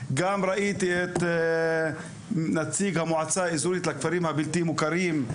גם ראיתי את נציג המועצה האזורית לכפרים הבלתי מוכרים,